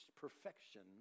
perfection